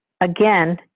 again